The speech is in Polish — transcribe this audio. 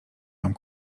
mam